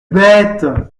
bête